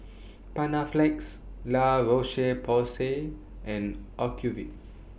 Panaflex La Roche Porsay and Ocuvite